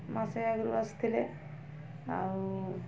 ମାସେ ଆଗରୁ ଆସିଥିଲେ ଆଉ